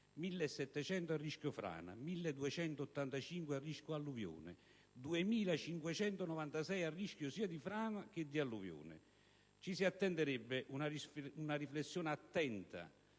sono a rischio frana, 1.285 a rischio alluvione e 2.596 a rischio sia di frana che di alluvione. Ci si attenderebbe una riflessione attenta